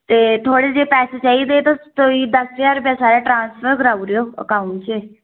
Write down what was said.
ते थोह्ड़े जेह् पैसे चाहिदे कोई दस हजार रपेआ चाहिदा ट्रान्सफर कराऊड़ेयो अकाउंट च